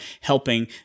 helping